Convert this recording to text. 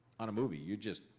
on a movie, you're just.